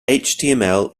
html